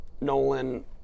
Nolan